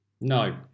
no